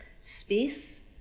space